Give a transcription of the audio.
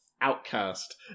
outcast